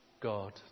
God